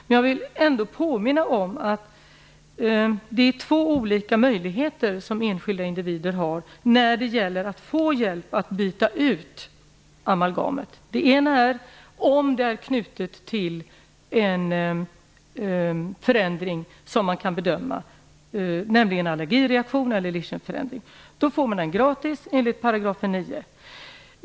Men jag vill ändå påminna om att enskilda individer har två olika möjligheter när det gäller att få hjälp med att byta ut amalgamet. En av dessa föreligger om önskemålet är knutet till en förändring som kan bedömas som en allergireaktion eller en lichenförändring. Då får man utbytet gjort gratis enligt 9 §.